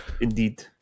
indeed